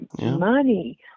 money